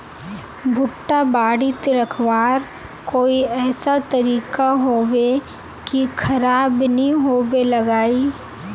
भुट्टा बारित रखवार कोई ऐसा तरीका होबे की खराब नि होबे लगाई?